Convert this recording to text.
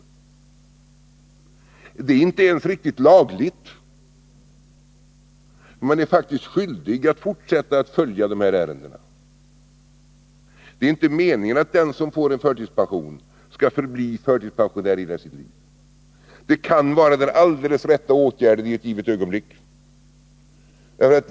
Men det är inte ens riktigt lagligt — man är faktiskt skyldig att följa sådana här ärenden. Det är inte meningen att den som får förtidspension skall förbli förtidspensionär i hela sitt liv. Förtidspension kan vara den helt rätta åtgärden i ett givet ögonblick.